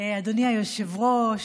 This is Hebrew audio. אדוני היושב-ראש,